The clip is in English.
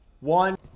one